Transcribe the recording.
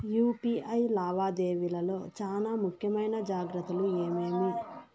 UPI లావాదేవీల లో చానా ముఖ్యమైన జాగ్రత్తలు ఏమేమి?